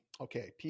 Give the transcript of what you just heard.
Okay